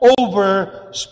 over